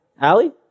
Allie